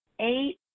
eight